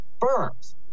firms